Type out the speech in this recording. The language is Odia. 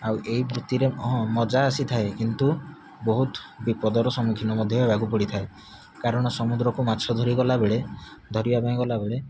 ଆଉ ଏଇ ବୃତ୍ତିର ହଁ ମଜା ଆସିଥାଏ କିନ୍ତୁ ବହୁତ ବିପଦର ସମ୍ମୁଖୀନ ମଧ୍ୟ ହେବାକୁ ପଡ଼ିଥାଏ କାରଣ ସମୁଦ୍ରକୁ ମାଛ ଧରି ଗଲାବେଳେ ଧରିବା ପାଇଁ ଗଲାବେଳେ